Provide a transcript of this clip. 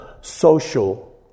social